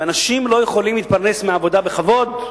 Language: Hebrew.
אם אנשים לא יכולים להתפרנס מעבודה בכבוד,